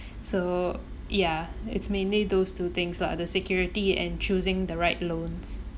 so ya it's mainly those two things lah the security and choosing the right loans